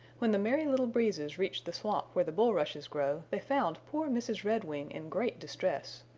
when the merry little breezes reached the swamp where the bulrushes grow they found poor mrs. redwing in great distress.